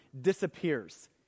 disappears